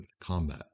combat